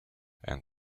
and